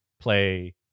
play